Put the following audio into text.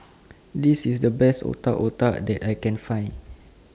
This IS The Best Otak Otak that I Can Find